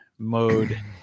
Mode